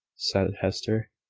said hester.